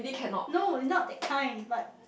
no not that kind but